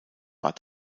war